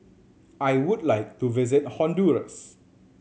I would like to visit Honduras